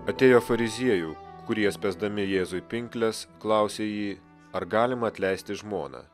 atėjo fariziejų kurie spęsdami jėzui pinkles klausė jį ar galima atleisti žmoną